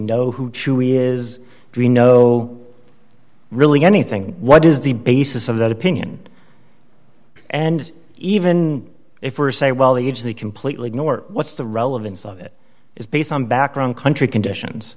know who chewy is green no really anything what is the basis of that opinion and even if we're say well the age they completely ignore what's the relevance of it is based on background country conditions